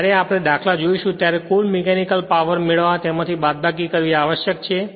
જ્યારે આપણે દાખલા જોઈશું ત્યારે કુલ મીકેનિકલ પાવર મેળવવા તેમાંથી બાદબાકી કરવી આવશ્યક છે